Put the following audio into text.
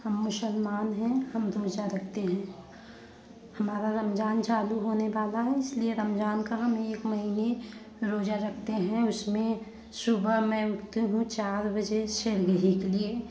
हम मुसलमान है हम रोज़ा रखते हैं हमारा रमजान चालू होने बाला है इसलिए रमजान करम एक महीने रोज़ा रखते हैं उसमें सुबह में उठती हूँ चार बजे छरगही के लिए